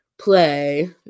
play